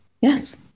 Yes